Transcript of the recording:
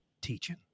Teaching